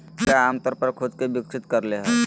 कीड़ा आमतौर पर खुद के विकसित कर ले हइ